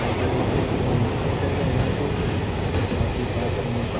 आप यदि ट्रेभ सफर कर रहे हैं तो आपके पास में